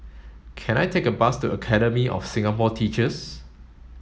can I take a bus to Academy of Singapore Teachers